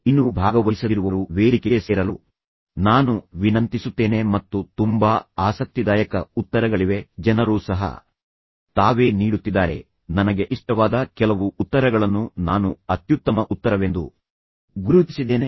ಇನ್ನೂ ಭಾಗವಹಿಸದಿರುವವರು ವೇದಿಕೆಗೆ ಸೇರಲು ನಾನು ವಿನಂತಿಸುತ್ತೇನೆ ಮತ್ತು ತುಂಬಾ ಆಸಕ್ತಿದಾಯಕ ಉತ್ತರಗಳಿವೆ ಜನರು ಸಹ ತಾವೇ ನೀಡುತ್ತಿದ್ದಾರೆ ನಾನು ಉತ್ತರಗಳನ್ನು ನೀಡುವ ಮೊದಲು ನನಗೆ ಇಷ್ಟವಾದ ಕೆಲವು ಉತ್ತರಗಳನ್ನು ನಾನು ಅತ್ಯುತ್ತಮ ಉತ್ತರವೆಂದು ಗುರುತಿಸಿದ್ದೇನೆ